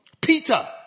Peter